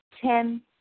Ten